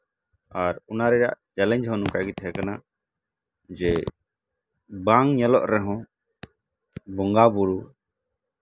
ᱟᱨ ᱚᱱᱟ ᱨᱮᱭᱟᱜ ᱪᱮᱞᱮᱧᱡᱽ ᱦᱚᱸ ᱱᱚᱝᱠᱟᱜᱮ ᱛᱟᱦᱮᱸ ᱠᱟᱱᱟ ᱡᱮ ᱵᱟᱝ ᱧᱮᱞᱚᱜ ᱨᱮᱦᱚᱸ ᱵᱚᱸᱜᱟ ᱵᱩᱨᱩ